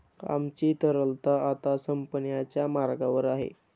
आमची तरलता आता संपण्याच्या मार्गावर आहे